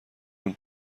اون